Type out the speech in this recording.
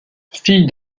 fille